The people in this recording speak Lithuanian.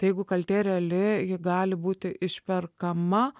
tai jeigu kaltė reali ji gali būti išperkama